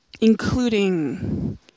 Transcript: including